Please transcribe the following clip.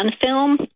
film